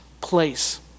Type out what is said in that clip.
place